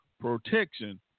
Protection